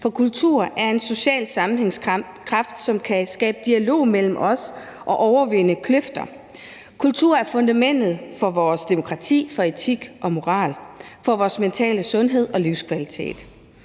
for kultur er en social sammenhængskraft, som kan skabe dialog mellem os og overvinde kløfter. Kultur er fundamentet for vores demokrati, for etik og moral og for vores mentale sundhed og livskvalitet.